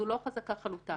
זו לא חזקה חלוטה.